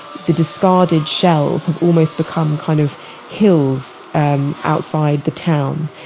the discarded shells have almost become kind of hills um outside the town,